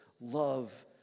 love